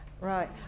Right